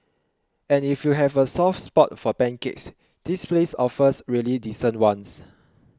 and if you have a soft spot for pancakes this place offers really decent ones